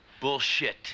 Bullshit